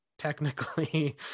Technically